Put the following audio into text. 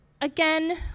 again